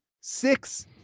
six